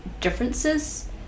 differences